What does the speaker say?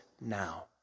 now